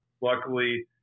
Luckily